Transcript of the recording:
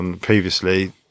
previously